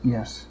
Yes